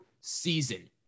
season